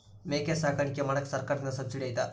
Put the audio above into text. ಮೇಕೆ ಸಾಕಾಣಿಕೆ ಮಾಡಾಕ ಸರ್ಕಾರದಿಂದ ಸಬ್ಸಿಡಿ ಐತಾ?